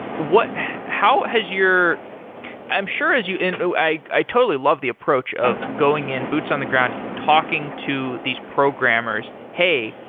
how has your i'm sure as you know i i totally love the approach of going in, boots on the ground, talking to these programs, hey,